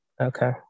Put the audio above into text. Okay